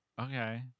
Okay